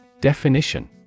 Definition